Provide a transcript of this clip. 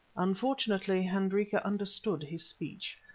unfortunately hendrika understood his speech.